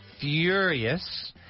furious